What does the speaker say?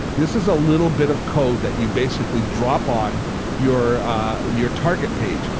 this is a little bit of code that you basically drop on your your target page.